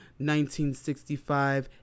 1965